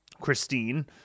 Christine